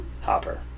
Hopper